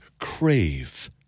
Crave